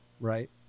Right